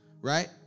Right